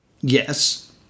Yes